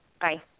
bye